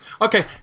Okay